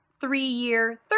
three-year